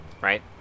right